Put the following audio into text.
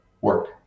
work